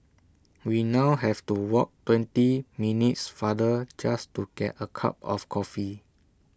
we now have to walk twenty minutes farther just to get A cup of coffee